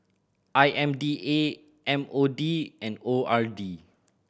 I M D A M O D and O R D